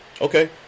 Okay